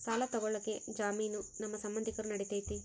ಸಾಲ ತೊಗೋಳಕ್ಕೆ ಜಾಮೇನು ನಮ್ಮ ಸಂಬಂಧಿಕರು ನಡಿತೈತಿ?